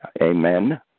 Amen